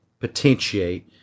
potentiate